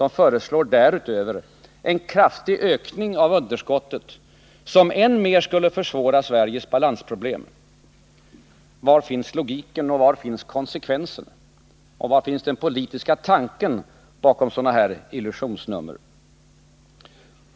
Nu föreslår de alltså därutöver en kraftig ökning av underskottet, som än mer skulle försvåra Sveriges balansproblem. Var finns logiken? Var finns konsekvensen? Och var finns den politiska tanken bakom sådana här illusionsnummer?